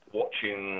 watching